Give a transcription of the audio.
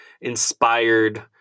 inspired